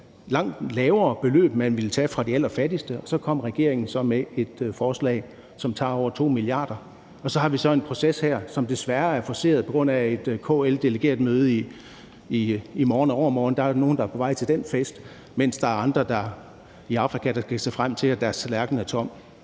langt lavere beløb, man ville tage fra de allerfattigste. Så kommer regeringen med et forslag, hvori man tager over 2 mia. kr., og så har vi så en proces her, som desværre er forceret på grund af KL's delegeretmøde i morgen og i overmorgen. Der er jo nogle, der er på vej til den fest, mens der er andre i Afrika, der kan se frem til, at deres tallerken er tom.